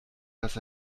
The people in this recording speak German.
dass